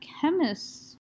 chemist